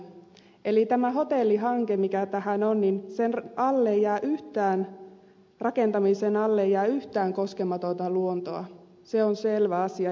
eli tämä hotellihanke mikä tähän on sen rakentamisen alle ei jää yhtään koskematonta luontoa se on selvä asia